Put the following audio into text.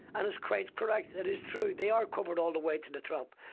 and it's quite correct, that is true, they are covered all the way to the top.